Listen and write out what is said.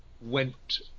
went